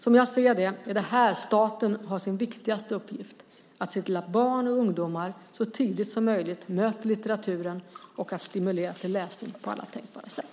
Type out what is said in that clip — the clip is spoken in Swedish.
Som jag ser det är det här staten har sin viktigaste uppgift: att se till att barn och ungdomar så tidigt som möjligt möter litteraturen och stimuleras till läsning på alla tänkbara sätt.